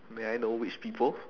may I know which people